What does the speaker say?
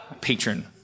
Patron